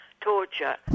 torture